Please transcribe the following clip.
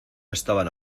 estaban